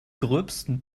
gröbsten